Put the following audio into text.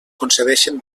concedeixen